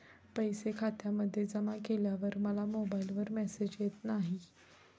पैसे खात्यामध्ये जमा केल्यावर मला मोबाइलवर मेसेज येत नाही?